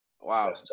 Wow